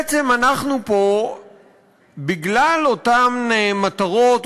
בגלל אותן מטרות,